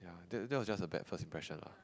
that that was just a bad first impression lah